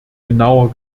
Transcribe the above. genauer